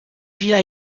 villa